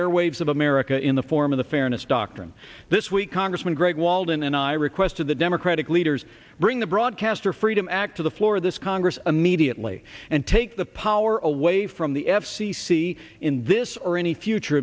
airwaves of america in the form of the fairness doctrine this week congressman greg walden and i requested the democratic leaders bring the broadcaster freedom act to the floor of this congress immediately and take the power away from the f c c in this or any future